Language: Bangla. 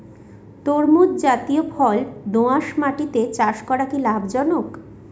তরমুজ জাতিয় ফল দোঁয়াশ মাটিতে চাষ করা কি লাভজনক?